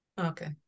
Okay